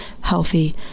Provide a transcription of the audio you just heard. healthy